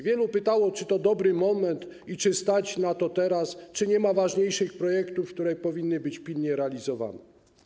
Wielu pytało, czy to dobry moment i czy nas stać na to teraz, czy nie ma ważniejszych projektów, które powinny być pilnie realizowane.